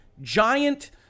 giant